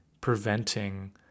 preventing